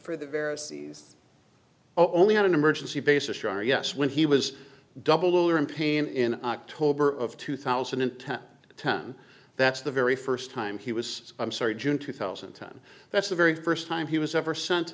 for the various sees only on emergency basis you are yes when he was doubled over in pain in october of two thousand and ten that's the very first time he was i'm sorry june two thousand and ten that's the very first time he was ever sent